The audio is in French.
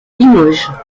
limoges